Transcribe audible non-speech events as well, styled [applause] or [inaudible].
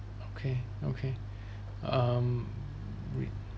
okay okay [breath] um REIT